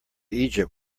egypt